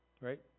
Right